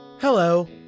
Hello